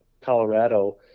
Colorado